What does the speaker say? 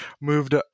moved